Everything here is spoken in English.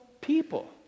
people